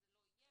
אז זה לא יהיה,